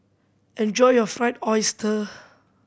enjoy your Fried Oyster